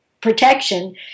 protection